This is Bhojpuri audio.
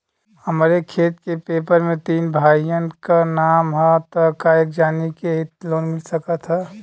हमरे खेत के पेपर मे तीन भाइयन क नाम ह त का एक जानी के ही लोन मिल सकत ह?